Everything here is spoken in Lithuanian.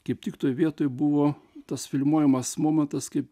kaip tik toj vietoj buvo tas filmuojamas momentas kaip